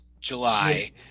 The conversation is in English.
July